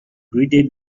greeted